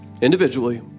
individually